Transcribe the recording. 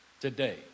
today